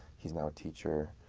he's now a teacher,